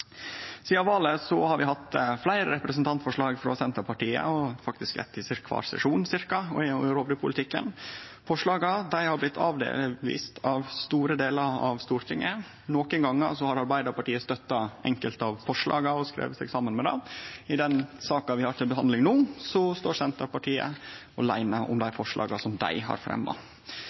Sidan valet har vi hatt fleire representantforslag frå Senterpartiet – cirka eitt i kvar sesjon – om rovdyrpolitikken. Forslaga har blitt avviste av store delar av Stortinget. Nokre gonger har Arbeidarpartiet støtta enkelte av forslaga og skrive seg saman med dei. I saka vi har til behandling no står Senterpartiet aleine om forslaga dei har fremma.